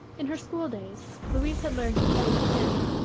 in her school-days, louise had learned to play the piano,